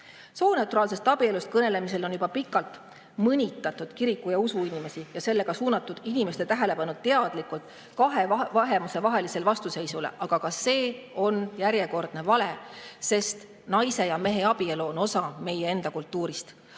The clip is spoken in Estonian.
Sooneutraalsest abielust kõnelemisel on juba pikalt mõnitatud kiriku‑ ja usuinimesi ja sellega teadlikult suunatud inimeste tähelepanu kahe vähemuse vahelisele vastuseisule. Aga ka see on järjekordne vale, sest naise ja mehe abielu on osa meie enda kultuurist.